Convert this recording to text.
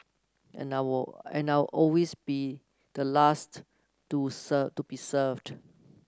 and I'll and I'll always be the last to to be served